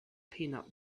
peanut